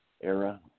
era